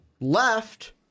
left